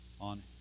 on